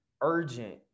urgent